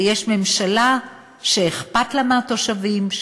יש ממשלה שאכפת לה מהתושבים,